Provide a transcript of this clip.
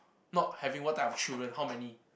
not having what type of children how many